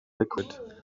liquid